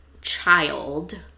child